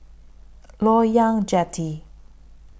Loyang Jetty